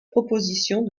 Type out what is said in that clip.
proposition